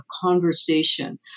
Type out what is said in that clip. conversation